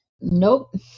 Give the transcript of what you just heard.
Nope